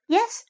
Yes